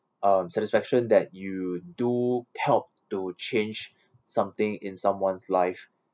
um satisfaction that you do help to change something in someone's life